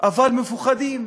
אבל מפוחדים.